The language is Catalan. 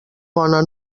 bona